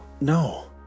no